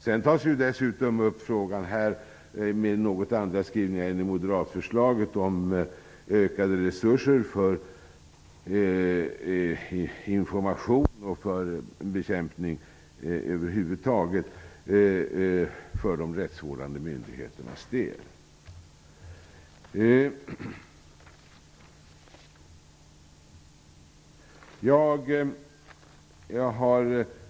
Sedan tas dessutom frågan upp om ökade resurser för information och bekämpning över huvud taget för de rättsvårdande myndigheternas del, med något andra skrivningar än i moderatförslaget.